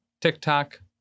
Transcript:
tiktok